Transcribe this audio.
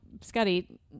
Scotty